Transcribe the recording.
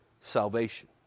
salvation